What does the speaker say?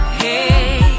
hey